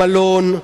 המלון,